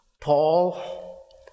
Paul